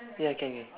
ya can